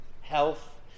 health